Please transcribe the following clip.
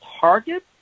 target